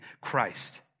Christ